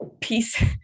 peace